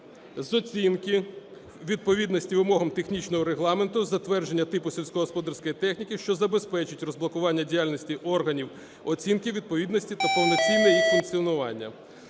з оцінки відповідності вимогам технічного регламенту, затвердження типу сільськогосподарської техніки, що забезпечить розблокування діяльності органів оцінки відповідності та повноцінне їх функціонування.